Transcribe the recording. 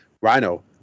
Rhino